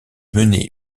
mener